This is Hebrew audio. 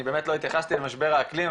אני באמת לא התייחסתי למשבר האקלים,